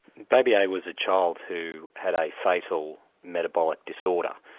baby a was a child who had a fatal metabolic disorder.